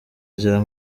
bya